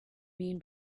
mean